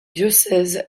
diocèse